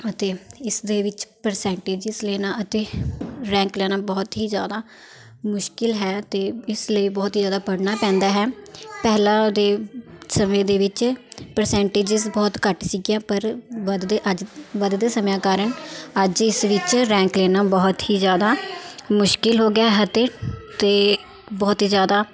ਅਤੇ ਇਸਦੇ ਵਿੱਚ ਪ੍ਰਸੈਂਟੇਜਿਸ ਲੈਣਾ ਅਤੇ ਰੈਂਕ ਲੈਣਾ ਬਹੁਤ ਹੀ ਜ਼ਿਆਦਾ ਮੁਸ਼ਕਿਲ ਹੈ ਅਤੇ ਇਸ ਲਈ ਬਹੁਤ ਹੀ ਜ਼ਿਆਦਾ ਪੜ੍ਹਨਾ ਪੈਂਦਾ ਹੈ ਪਹਿਲਾਂ ਦੇ ਸਮੇਂ ਦੇ ਵਿੱਚ ਪ੍ਰਸੈਂਟੇਜਿਸ ਬਹੁਤ ਘੱਟ ਸੀਗੀਆਂ ਪਰ ਵੱਧਦੇ ਅੱਜ ਵੱਧਦੇ ਸਮਿਆਂ ਕਾਰਨ ਅੱਜ ਇਸ ਵਿੱਚ ਰੈਂਕ ਲੈਣਾ ਬਹੁਤ ਹੀ ਜ਼ਿਆਦਾ ਮੁਸ਼ਕਿਲ ਹੋ ਗਿਆ ਅਤੇ ਅਤੇ ਬਹੁਤ ਹੀ ਜ਼ਿਆਦਾ